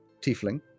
tiefling